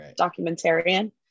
documentarian